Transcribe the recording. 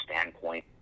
standpoint